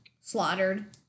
slaughtered